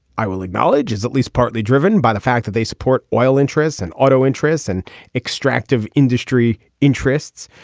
i will acknowledge is at least partly driven by the fact that they support oil interests and auto interests and extractive industry interests.